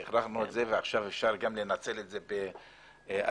עכשיו אפשר לנצל את זה גם ב-2021.